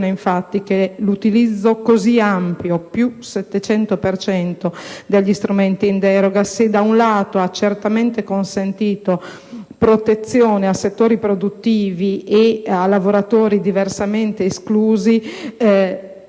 infatti, che un utilizzo così ampio (più 700 per cento) degli strumenti in deroga, se ha certamente consentito la protezione di settori produttivi e di lavoratori diversamente esclusi,